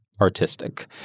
artistic